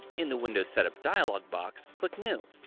in the windows setup dialog box click new,